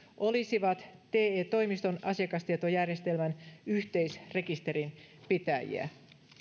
olisivat te toimiston asiakastietojärjestelmän yhteisrekisterinpitäjiä